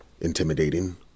intimidating